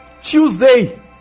tuesday